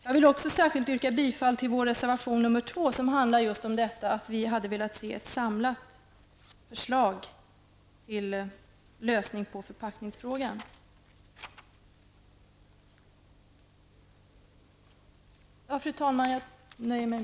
Jag vill också yrka bifall till vår reservation 2, där vi framhåller att vi hade velat se ett samlat förslag till lösning av förpackningsfrågan.